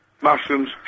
mushrooms